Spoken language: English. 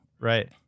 Right